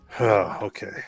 Okay